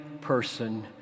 person